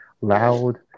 loud